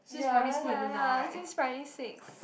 ya better ya since primary six